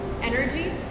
energy